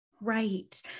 Right